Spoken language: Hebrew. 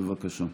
בבקשה.